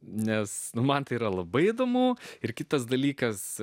nes man tai yra labai įdomu ir kitas dalykas